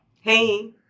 Hey